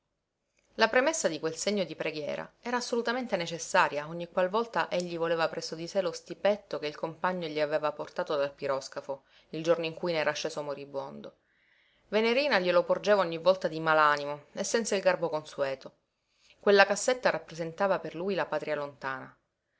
la premessa di quel segno di preghiera era assolutamente necessaria ogni qual volta egli voleva presso di sé lo stipetto che il compagno gli aveva portato dal piroscafo il giorno in cui ne era sceso moribondo venerina glielo porgeva ogni volta di malanimo e senza il garbo consueto quella cassetta rappresentava per lui la patria lontana